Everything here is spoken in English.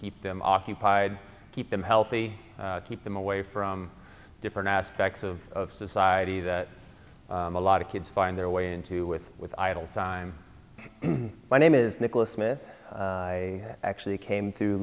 keep them occupied keep them healthy keep them away from different aspects of society that a lot of kids find their way into with with idle time my name is nicholas smith i actually came t